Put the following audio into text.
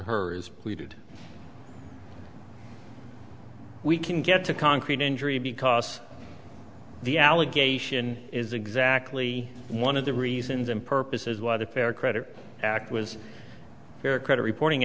is pleaded we can get to concrete injury because the allegation is exactly one of the reasons and purposes what a fair credit act was fair credit reporting